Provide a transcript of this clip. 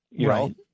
Right